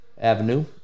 Avenue